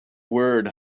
word